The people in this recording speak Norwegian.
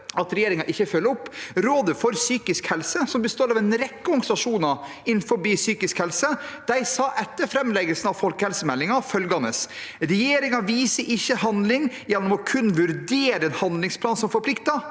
at regjeringen ikke følger opp. Rådet for psykisk helse, som består av en rekke organisasjoner innenfor psykisk helse, sa etter framleggelsen av folkehelsemeldingen følgende: «Regjeringen viser ikke handling gjennom kun å vurdere en handlingsplan mot ensomhet.